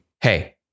hey